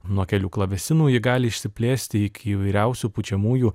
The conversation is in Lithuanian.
nuo kelių klavesinų ji gali išsiplėsti iki įvairiausių pučiamųjų